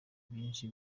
byinshi